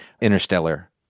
Interstellar